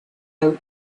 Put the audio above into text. out